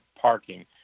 parking